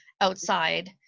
outside